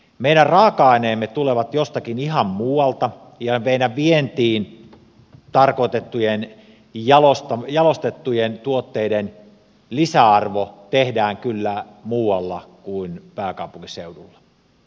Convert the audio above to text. meidän raaka aineemme tulevat jostakin ihan muualta ja meidän vientiin tarkoitettujen jalostettujen tuotteiden lisäarvo tehdään kyllä muualla kuin pääkaupunkiseudulla